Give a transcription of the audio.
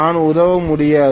நான் உதவ முடியாது